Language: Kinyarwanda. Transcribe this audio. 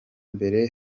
mbere